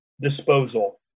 disposal